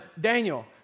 Daniel